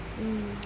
mm